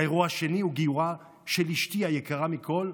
האירוע השני הוא גיורה של אשתי היקרה מכול,